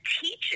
teaches